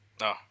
No